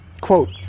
Quote